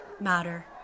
Matter